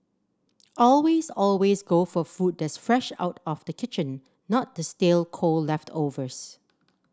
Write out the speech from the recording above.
always always go for food that's fresh out of the kitchen not the stale cold leftovers